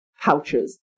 pouches